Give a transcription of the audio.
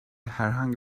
herhangi